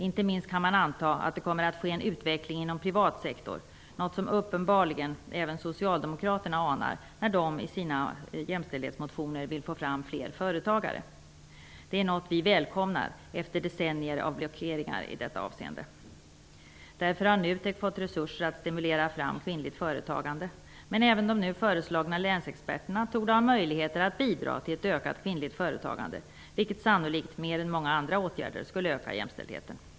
Inte minst kan man anta att det kommer att ske en utveckling inom privat sektor, något som uppenbarligen även Socialdemokraterna anar, när de i sina jämställdhetsmotioner vill få fram fler företagare. Det är något vi välkomnar efter decennier av blockeringar i detta avseende. Därför har Nutek fått resurser att stimulera fram kvinnligt företagande, men även de nu föreslagna länsexperterna torde ha möjligheter att bidra till ökat kvinnligt företagande, vilket sannolikt mer än många andra åtgärder skulle öka jämställdheten.